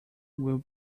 will